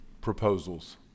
Proposals